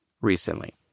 recently